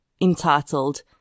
entitled